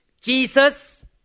Jesus